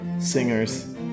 singers